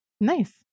Nice